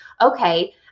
okay